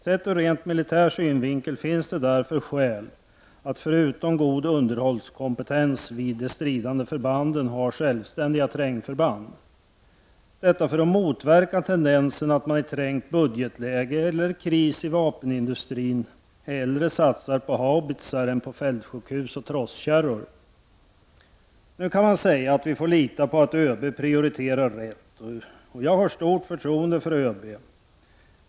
Sett ur rent militär synvinkel finns det därför skäl att förutom god underhållskompetens vid de stridande förbanden ha självständiga trängförband, detta för att motverka tendensen att man i ett trängt budgetläge eller vid kris i vapenindustrin hellre satsar på haubitsar än på fältsjukhus och trosskärror. Nu kan man säga att vi får lita på att ÖB prioriterar rätt, och jag har stort förtroende för ÖB.